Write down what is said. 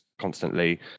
constantly